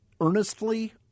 earnestly